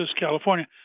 California